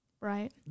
right